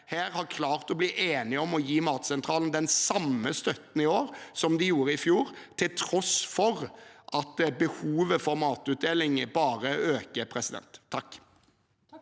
her har klart å bli enige om å gi Matsentralen den samme støtten i år som man gjorde i fjor, til tross for at behovet for matutdeling bare øker. Presidenten